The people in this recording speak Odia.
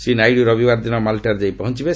ଶ୍ରୀ ନାଇଡୁ ରବିବାର ଦିନ ମାଲ୍ଟାରେ ଯାଇ ପହଞ୍ଚବେ